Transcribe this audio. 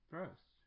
First